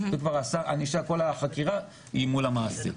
הענישה והחקירה היא מול המעסיק.